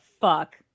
fuck